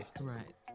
right